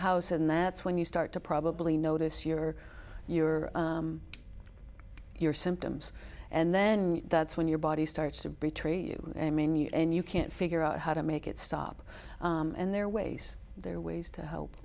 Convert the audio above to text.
house and that's when you start to probably notice you're you're your symptoms and then that's when your body starts to betray you i mean you and you can't figure out how to make it stop and there are ways there are ways to help